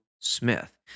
Smith